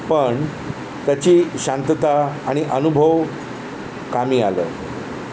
पण त्याची शांतता आणि अनुभव कामी आलं